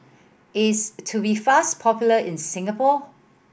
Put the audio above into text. is Tubifast popular in Singapore